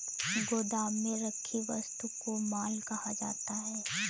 गोदाम में रखी वस्तु को माल कहा जाता है